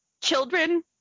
children